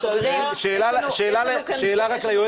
למה?